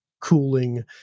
cooling